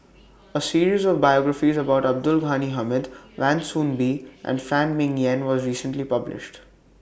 A series of biographies about Abdul Ghani Hamid Wan Soon Bee and Phan Ming Yen was recently published